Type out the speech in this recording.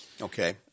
Okay